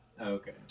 Okay